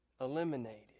eliminated